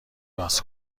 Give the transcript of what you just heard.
باز